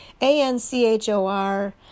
A-N-C-H-O-R